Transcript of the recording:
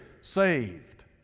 saved